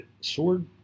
Sword